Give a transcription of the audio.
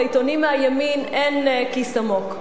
לעיתונים מהימין אין כיס עמוק.